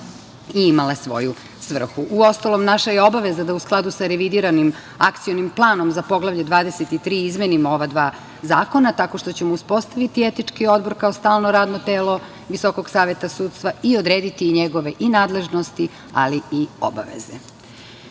i imale svoju svrhu. Uostalom naša je obaveza da u skladu sa revidiranim Akcionim planom za Poglavlje 23 izmenimo ova dva zakona, tako što ćemo uspostaviti etički odbor kao stalno radno telo Visokog saveta sudstva i odrediti njegove nadležnosti, ali i obaveze. Sa